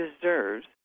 deserves